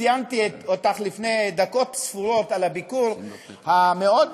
ציינתי אותך לפני דקות ספורות על הביקור המאוד,